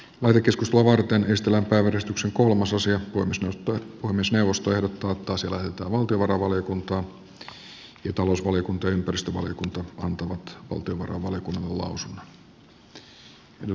merikeskus luova kynnys tulla päiväkeskuksen kolmososio konsertto on myös puhemiesneuvosto ehdottaa että asia lähetetään valtiovarainvaliokuntaan jolle talousvaliokunnan ja ympäristövaliokunnan on annettava lausunto